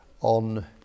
on